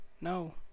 No